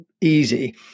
easy